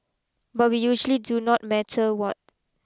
but we usually do not matter what